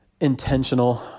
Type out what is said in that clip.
intentional